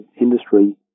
industry